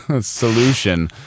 solution